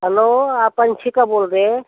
hello आप अंशिका बोल रहे हैं